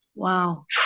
Wow